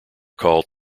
call